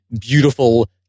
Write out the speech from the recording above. beautiful